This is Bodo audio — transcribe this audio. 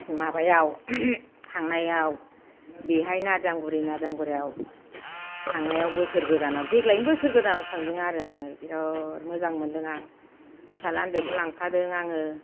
माबायाव थांनायाव बेहाय नारजां बुरि नारजां बोराइयाव थांनायाव बोसोर गोदानाव देग्लायनि बोसोर गोदानाव थांदों आरो बिराद मोजां मोनदों आं फिसाज्ला उन्दैखौ लांफादों आङो